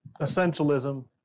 Essentialism